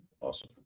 Awesome